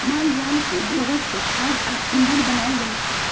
माल जाल के गोबर से खाद आ ईंधन बनायल जाइ छइ